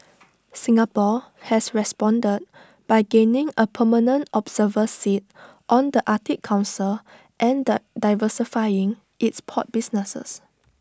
Singapore has responded by gaining A permanent observer seat on the Arctic Council and diversifying its port businesses